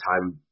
time